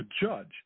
judge